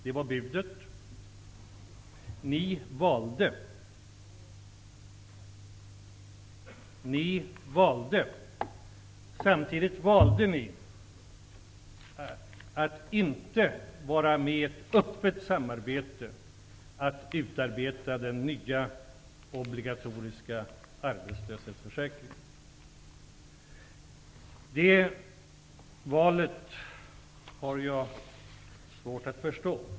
Det kan inte Johnny Ahlqvist förneka. Det var budet. Ni valde. Samtidigt valde ni att inte vara med i ett öppet samarbete om att utarbeta den nya, obligatoriska arbetslöshetsförsäkringen. Det valet har jag svårt att förstå.